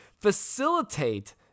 Facilitate